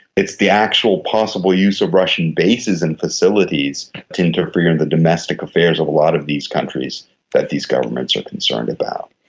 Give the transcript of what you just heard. it's the actual possible use of russian bases and facilities to interfere in the domestic affairs of a lot of these countries that these governments are concerned about.